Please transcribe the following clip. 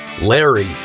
larry